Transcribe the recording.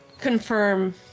confirm